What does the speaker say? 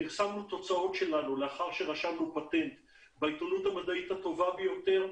פרסמנו תוצאות שלנו לאחר שרשמנו פטנט בעיתונות המדעית הטובה ביותר,